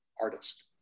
artist